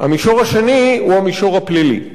והמישור השני הוא המישור הפלילי.